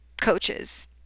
coaches